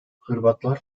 hırvatlar